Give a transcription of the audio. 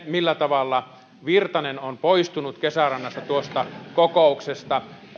millä tavalla virtanen on poistunut kesärannasta tuosta kokouksesta